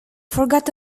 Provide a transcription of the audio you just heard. forgot